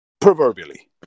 Proverbially